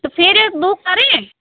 तो फिर बुक करें